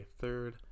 third